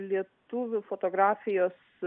lietuvių fotografijos